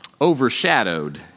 overshadowed